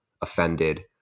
offended